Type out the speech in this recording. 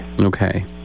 Okay